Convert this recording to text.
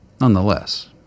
Nonetheless